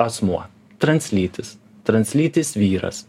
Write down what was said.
asmuo translytis translytis vyras